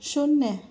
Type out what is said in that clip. शून्य